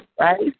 right